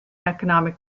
economic